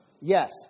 Yes